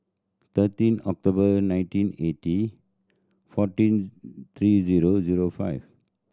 thirteen October nineteen eighty fourteen three zero zero five